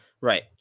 right